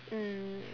mm